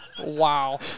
Wow